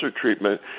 treatment